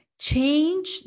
change